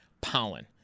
pollen